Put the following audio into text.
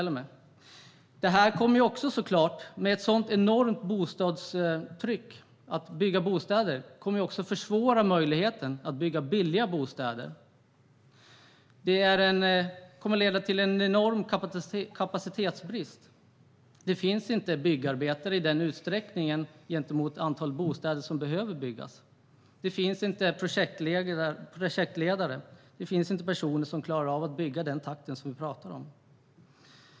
Ett sådant enormt tryck på att bygga bostäder kommer också att försvåra möjligheterna att bygga billiga bostäder. Det kommer att leda till en enorm kapacitetsbrist. Det finns inte tillräckligt många byggarbetare för att bygga det antal bostäder som behöver byggas. Det finns inte projektledare och personer som klarar av att bygga i den takt som vi talar om.